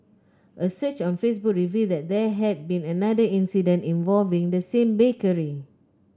a search on Facebook revealed that there had been another incident involving the same bakery